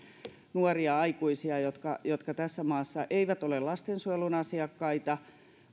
nuoria aikuisia jotka jotka tässä maassa eivät ole lastensuojelun asiakkaita